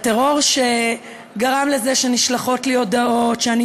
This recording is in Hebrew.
הטרור שגרם לזה שנשלחות לי הודעות שאני